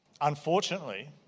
unfortunately